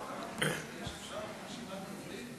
אפשר את רשימת הדוברים?